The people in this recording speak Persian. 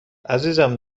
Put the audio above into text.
عزیزم